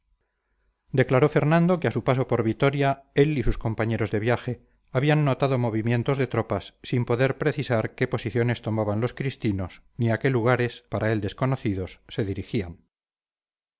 declaró fernando que a su paso por vitoria él y sus compañeros de viaje habían notado movimiento de tropas sin poder precisar qué posiciones tomaban los cristinos ni a qué lugares para él desconocidos se dirigían